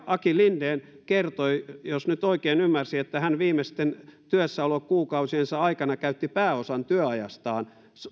aki linden kertoi jos nyt oikein ymmärsin että hän viimeisten työssäolokuukausiensa aikana käytti pääosan työajastaan